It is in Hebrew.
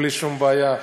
בלי שום בעיה.